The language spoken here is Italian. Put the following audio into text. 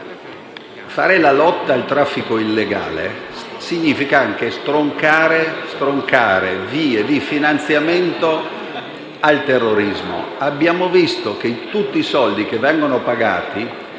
fare la lotta al traffico illegale significa anche stroncare vie di finanziamento al terrorismo. Abbiamo visto, infatti, che tutti i soldi pagati